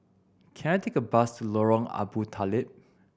can I take a bus to Lorong Abu Talib